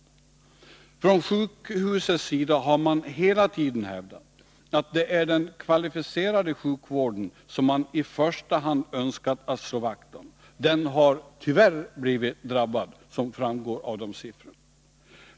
Från sjukhuset har hela tiden hävdats att det är den kvalificerade sjukvården som man i första hand önskat slå vakt om. Den har, som framgår av dessa siffror, tyvärr blivit drabbad.